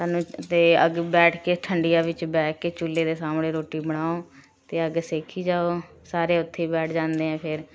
ਸਾਨੂੰ ਤਾਂ ਅੱਗੇ ਬੈਠ ਕੇ ਠੰਡੀਆਂ ਵਿੱਚ ਬੈਠ ਕੇ ਚੁੱਲ੍ਹੇ ਦੇ ਸਾਹਮਣੇ ਰੋਟੀ ਬਣਾਓ ਅਤੇ ਅੱਗ ਸੇਕੀ ਜਾਓ ਸਾਰੇ ਉੱਥੇ ਹੀ ਬੈਠ ਜਾਂਦੇ ਹੈ ਫਿਰ